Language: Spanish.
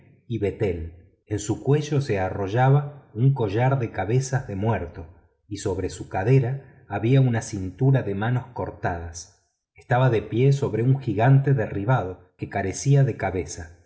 y los labios teñidos en su cuello se arrollaba un collar de cabezas de muerto y sobre su cadera había una cintura de manos cortadas estaba de pie sobre un gigante derribado que carecía de cabeza